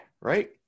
right